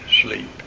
sleep